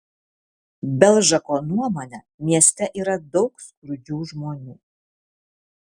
belžako nuomone mieste yra daug skurdžių žmonių